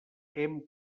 hem